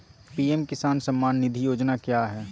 PM किसान सम्मान निधि योजना क्या है?